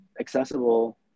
accessible